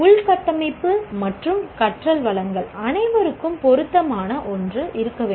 உள்கட்டமைப்பு மற்றும் கற்றல் வளங்கள் அனைவருக்கும் பொருத்தமான ஒன்று இருக்க வேண்டும்